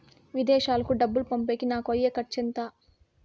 విదేశాలకు డబ్బులు పంపేకి నాకు అయ్యే ఖర్చు ఎంత?